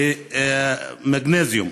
ובמגנזיום.